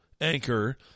Anchor